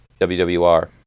WWR